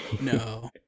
No